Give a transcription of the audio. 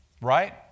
Right